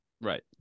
Right